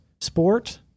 sport